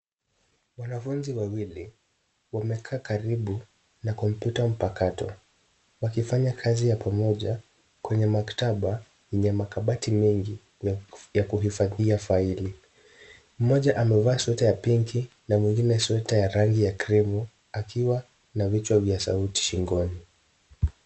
Wanafunzi wawili wemakaa karibu na kompyuta mpakato wakifanya kazi ya pamoja kwenye maktaba yenye makabati mengi ya khifadhia faili. Mmoja mevaa sweta ya waridi, na mwingine sweta ya rangi ya krimu akiwa na vichwa vya sauti shingoni.